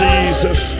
Jesus